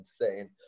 insane